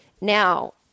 Now